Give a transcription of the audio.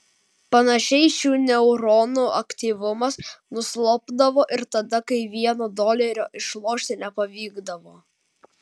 panašiai šių neuronų aktyvumas nuslopdavo ir tada kai vieno dolerio išlošti nepavykdavo